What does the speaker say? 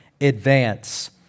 advance